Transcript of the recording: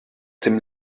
dem